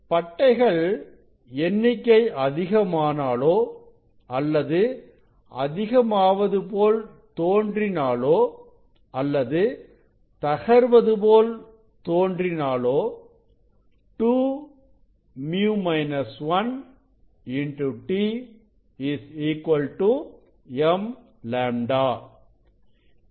பட்டைகள் எண்ணிக்கை அதிகமானாலோ அல்லது அதிகமாவது போல் தோன்றினாலோ அல்லது தகர்வது போல் தோன்றினாலோ 2µ 1 t m λ